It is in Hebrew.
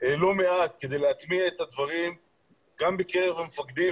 לא מעט כדי להטמיע את הדברים גם בקרב המפקדים,